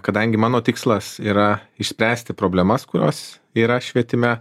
kadangi mano tikslas yra išspręsti problemas kurios yra švietime